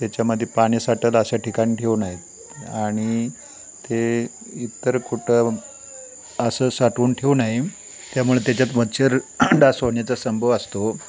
त्याच्यामध्ये पाणी साठंल असं ठिकाण ठेवू नये आणि ते इतर कुठं असं साठवून ठेवू नये त्यामुळे त्याच्यात मच्छर डास होण्याचा संभव असतो